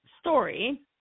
story